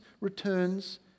returns